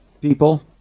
people